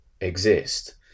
exist